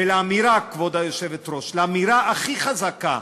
וכבוד היושבת-ראש, לאמירה הכי חזקה,